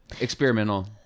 Experimental